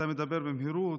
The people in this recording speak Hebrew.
אתה מדבר במהירות,